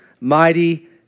mighty